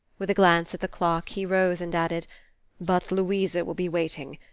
with a glance at the clock he rose and added but louisa will be waiting.